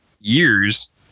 years